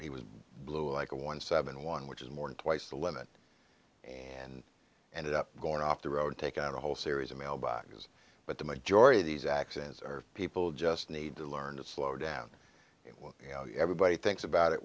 he was blue like a one seven one which is more than twice the limit and ended up going off the road take out a whole series of mailboxes but the majority of these accidents are people just need to learn to slow down well you know everybody thinks about it